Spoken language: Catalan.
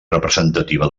representativa